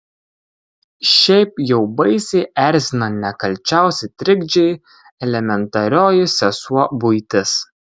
šiaip jau baisiai erzina nekalčiausi trikdžiai elementarioji sesuo buitis